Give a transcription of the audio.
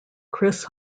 chris